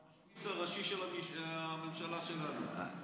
הוא היה המשמיץ הראשי של הממשלה שלנו,